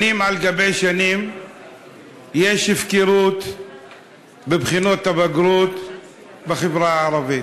שנים על שנים יש הפקרות בבחינות הבגרות בחברה הערבית.